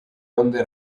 onde